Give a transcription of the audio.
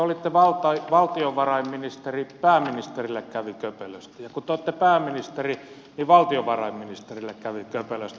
kun te olitte valtiovarainministeri pääministerille kävi köpelösti ja kun te olette pääministeri niin valtiovarainministerille kävi köpelösti